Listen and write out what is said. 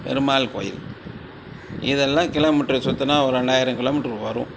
பெருமாள் கோயில் இதெல்லாம் கிலோமீட்டர் சுற்றுனா ஒரு ரெண்டாயிரம் கிலோமீட்டர் வரும்